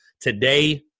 today